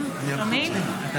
מבין.